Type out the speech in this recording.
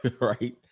right